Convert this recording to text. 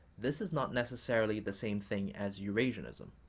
this is not necessarily the same thing as eurasianism.